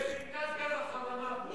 זה פליטת גז החממה פה.